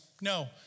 no